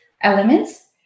elements